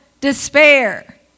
despair